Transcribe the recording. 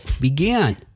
began